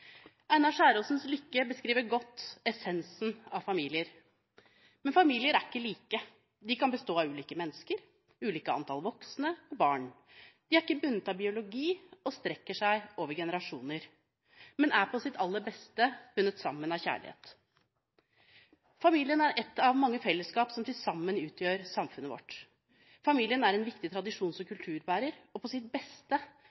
Einar Skjæråsens dikt «Lykke» beskriver godt essensen av familien. Men familier er ikke like. De kan bestå av ulike mennesker, ulikt antall voksne og barn, de er ikke bundet av biologi og strekker seg over generasjoner – men er på sitt aller beste bundet sammen av kjærlighet. Familien er ett av mange felleskap som til sammen utgjør samfunnet vårt. Familien er en viktig tradisjons- og